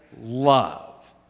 love